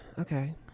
okay